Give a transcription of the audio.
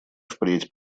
впредь